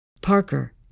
Parker